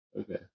Okay